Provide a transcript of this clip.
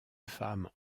femmes